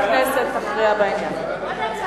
ההצעה להעביר את הצעת חוק-יסוד: הכנסת (תיקון,